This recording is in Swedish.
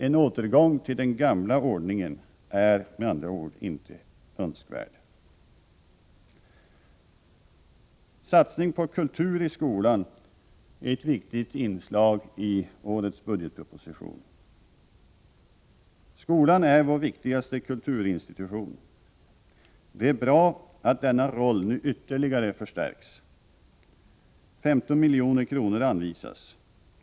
En återgång till den gamla ordningen är med andra ord inte önskvärd. Satsning på kultur i skolan är ett viktigt inslag i årets budgetproposition. Skolan är vår viktigaste kulturinstitution. Det är bra att denna roll nu ytterligare förstärks. 15 milj.kr. anvisas.